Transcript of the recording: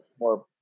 more